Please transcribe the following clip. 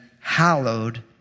hallowed